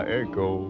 echo